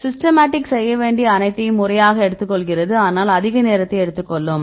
systematic செய்ய வேண்டிய அனைத்தையும் முறையாக எடுத்துக்கொள்கிறது ஆனால் அதிக நேரத்தை எடுத்துக்கொள்ளும்